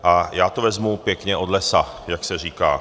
A já to vezmu pěkně od lesa, jak se říká.